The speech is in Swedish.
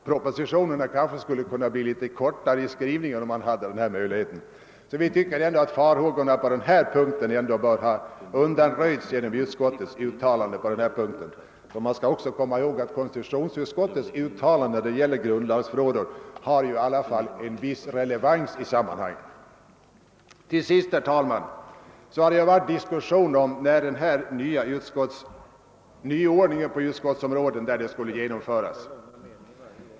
Propositionerna kanske skulle kunna bli litet mer kortfattade, om denna möjlighet fanns. Vi tycker att farhågorna på denna punkt bör ha undanröjts genom utskottets uttalande. - Konstitutionsutskottets = uttalande när det gäller grundlagsfrågor har dock en viss relevans i sammanhanget. Låt mig till sist, herr talman, få nämna att det som bekant har varit diskussion om när denna nyordning på utskottens område skulle genomföras.